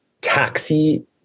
taxi